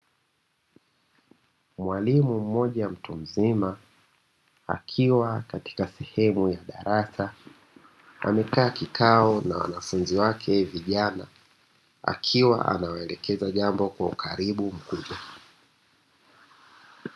Mwalimu mmoja mtu mzima akiwa katika sehemu ya darasa amekaa kikao na wanafunzi wake vijana, akiwa anawaelekeza jambo kwa ukaribu mkubwa.